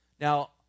Now